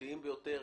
התלותיים ביותר,